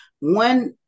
one